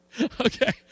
Okay